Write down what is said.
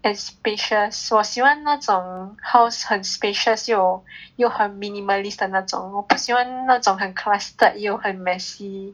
and spacious 我喜欢那种 house 很 spacious 又又很 minimalist 的那种我不喜欢那种很 clustered 又很 messy